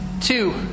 two